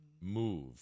move